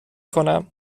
کنم